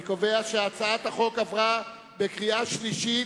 אני קובע שהצעת החוק התקבלה בקריאה שלישית